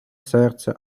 серце